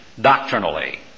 doctrinally